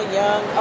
young